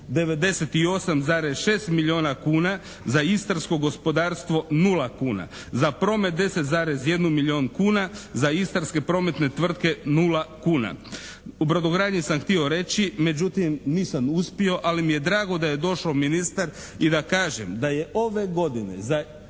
98,6 milijuna kuna, za istarsko gospodarstvo 0 kuna, za promet 10,1 milijun kuna, za istarske prometne tvrtke 0 kuna. U brodogradnji sam htio reći, međutim nisam uspio ali mi je drago da je došao ministar i da kažem da je ove godine za